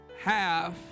half